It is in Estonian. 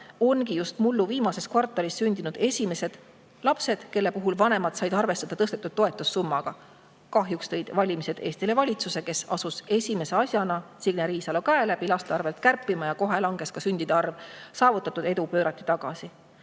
ongi just mullu viimases kvartalis sündinud esimesed lapsed, kelle puhul vanemad said arvestada tõstetud toetussummaga. Kahjuks tõid valimised Eestile valitsuse, kes asus esimese asjana Signe Riisalo käe läbi laste arvelt kärpima. Kohe langes ka sündide arv, saavutatud edu pöörati tagasi.